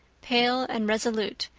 pale and resolute,